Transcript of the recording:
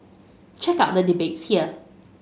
check out the debates here